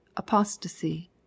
apostasy